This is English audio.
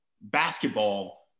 basketball